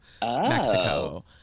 Mexico